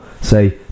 say